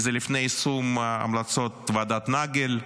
כי זה לפני יישום המלצות ועדת נגל,